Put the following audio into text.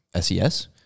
SES